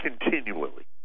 continually